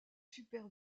super